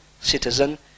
citizen